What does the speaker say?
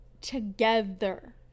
together